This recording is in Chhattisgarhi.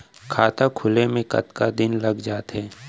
खाता खुले में कतका दिन लग जथे?